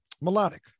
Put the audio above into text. melodic